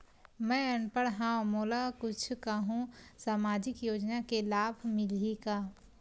मैं अनपढ़ हाव मोला कुछ कहूं सामाजिक योजना के लाभ मिलही का?